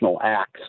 acts